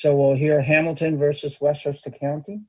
so well here hamilton versus westchester county